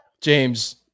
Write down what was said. James